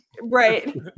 Right